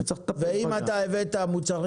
ואם אתה הבאת מוצרים